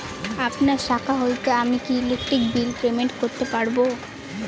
আপনার শাখা হইতে আমি কি ইলেকট্রিক বিল পেমেন্ট করতে পারব?